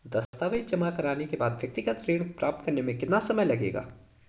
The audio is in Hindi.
दस्तावेज़ जमा करने के बाद व्यक्तिगत ऋण प्राप्त करने में कितना समय लगेगा?